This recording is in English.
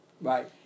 Right